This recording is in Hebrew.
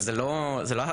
זה לא המרכז,